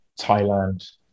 Thailand